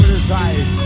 inside